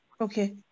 Okay